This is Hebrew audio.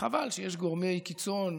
חבל שיש גורמי קיצון,